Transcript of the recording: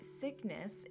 sickness